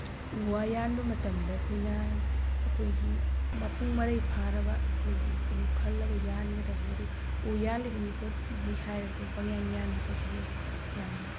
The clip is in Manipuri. ꯎ ꯋꯥ ꯌꯥꯟꯕ ꯃꯇꯝꯗ ꯑꯩꯈꯣꯏꯅ ꯑꯩꯈꯣꯏꯒꯤ ꯃꯄꯨꯡ ꯃꯔꯩ ꯐꯥꯔꯕ ꯑꯩꯈꯣꯏꯒꯤ ꯎ ꯈꯜꯂꯒ ꯌꯥꯟꯒꯗꯕꯅꯤ ꯑꯗꯨ ꯎ ꯌꯥꯜꯂꯤꯕꯅꯤ ꯈꯣꯠꯂꯤꯕꯅꯤ ꯍꯥꯏꯔꯒ ꯑꯩꯈꯣꯏ ꯄꯪꯌꯥꯟ ꯌꯥꯟꯕ ꯈꯣꯠꯄꯁꯦ ꯌꯥꯝꯅ